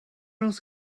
else